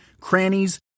crannies